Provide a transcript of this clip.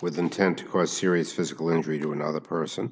with intent to cause serious physical injury to another person